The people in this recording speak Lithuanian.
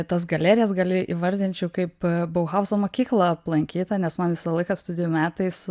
tas galerijas gal įvardinčiau kaip bauhauzo mokyklą aplankytą nes man visą laiką studijų metais